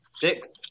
six –